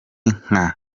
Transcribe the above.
nka